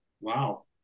Wow